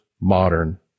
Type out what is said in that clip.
modern